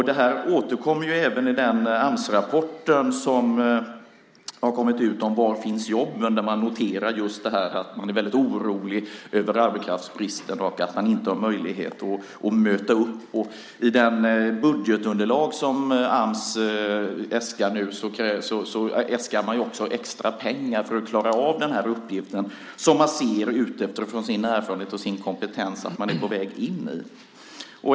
Det återkommer även i den Amsrapport som kommit ut som heter Var finns jobben 2007? Där noteras att man är väldigt orolig över arbetskraftsbristen och att man inte har möjlighet att möta upp. I budgetunderlaget äskar Ams nu extra pengar för sin budget för att klara av uppgiften som man utifrån sin erfarenhet och kompetens ser att man är på väg in i.